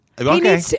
Okay